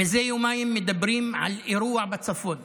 מזה יומיים מדברים על אירוע בצפון,